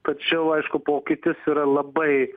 tačiau aišku pokytis yra labai